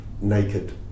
naked